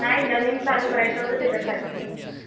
नाही नवीन चालू करायचं होतं त्याच्यासाठी पाहिजे